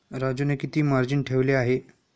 राजूने किती मार्जिन ठेवले आहे?